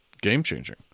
game-changing